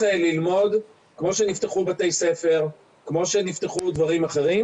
כמו שנפתחו בתי ספר, כמו שנפתחו דברים אחרים